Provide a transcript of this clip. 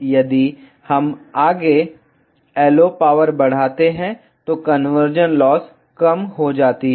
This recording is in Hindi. यदि हम आगे LO पावर बढ़ाते हैं तो कन्वर्जन लॉस कम हो जाती है